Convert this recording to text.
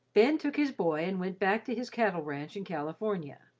ben took his boy and went back to his cattle ranch in california,